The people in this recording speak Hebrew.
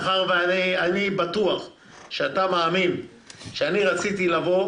אני בטוח שאתה מאמין שאני רציתי להביא